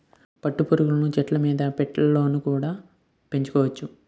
పట్టు పురుగులను చెట్టుమీద పెట్టెలలోన కుడా పెంచొచ్చును